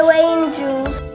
angels